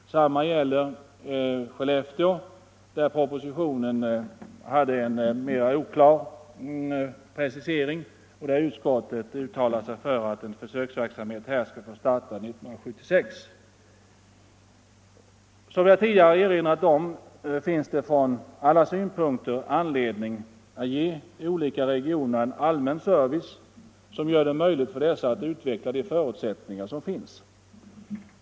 Detsamma gäller Skellefteå, där propositionens precisering var mer oklar men där utskottet har uttalat sig för att en försöksverksamhet skall starta 1976. Som jag tidigare har erinrat om finns det från alla synpunkter anledning att ge de olika regionerna en allmän service, som gör det möjligt för dessa att utveckla de förutsättningar som finns.